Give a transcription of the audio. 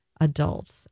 adults